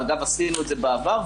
אגב, עשינו את זה בעבר.